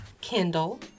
Kindle